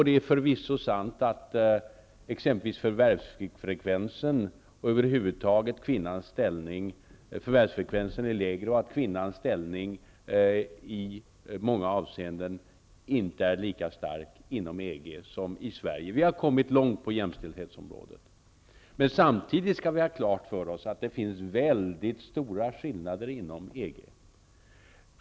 Det är t.ex. förvisso sant att förvärvsfrekvensen är lägre och att kvinnans ställning i många avseenden inte är lika stark inom EG som i Sverige. Vi har kommit långt på jämställdhetsområdet. Men samtidigt skall vi ha klart för oss att det finns mycket stora skillnader inom EG.